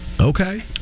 okay